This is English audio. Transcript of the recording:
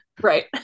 Right